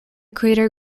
crater